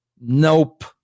nope